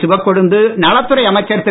சிவக்கொழுந்து நலத்துறை அமைச்சர் திரு